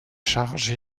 charges